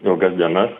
ilgas dienas